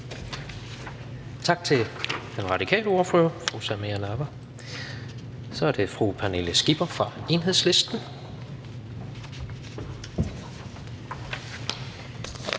Tak til den radikale ordfører, fru Samira Nawa. Så er det fru Pernille Skipper fra Enhedslisten.